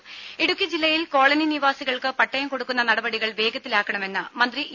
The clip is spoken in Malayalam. രും ഇടുക്കി ജില്ലയിൽ കോളനി നിവാസികൾക്ക് പട്ടയം കൊടുക്കുന്ന നടപടികൾ വേഗത്തിലാക്കണമെന്ന് മന്ത്രി ഇ